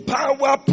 power